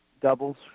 doubles